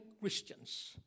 Christians